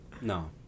no